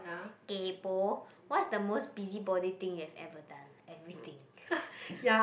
kaypoh what's the most busybody thing you have ever done everything